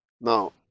Now